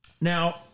Now